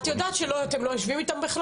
את יודעת שהם לא יושבים איתם,